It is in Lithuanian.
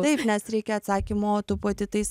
taip nes reikia atsakymų o tu pati tais